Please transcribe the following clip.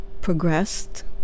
progressed